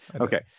Okay